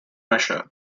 measure